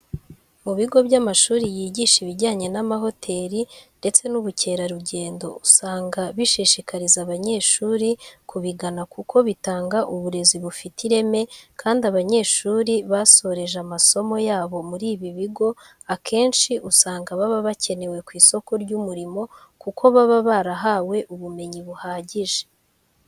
Mu bigo by'amashuri yigisha ibijyanye n'amahoteli ndetse n'ubukerarugendo usanga bishishikariza abanyeshuri kubigana kuko bitanga uburezi bufite ireme kandi abanyeshuri basoreje amasomo yabo muri ibi bigo akenshi usanga baba bakenewe ku isoko ry'umurimo kuko baba barahawe ubumenyi buhagije.